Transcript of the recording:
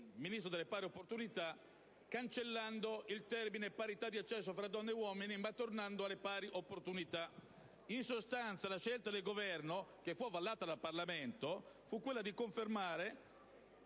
Ministro delle pari opportunità cancellando il termine «parità di accesso tra donne e uomini» e tornando al concetto di pari opportunità. In sostanza, la scelta del Governo, avallata poi dal Parlamento, fu quella di confermare